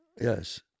Yes